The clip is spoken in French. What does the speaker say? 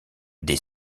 des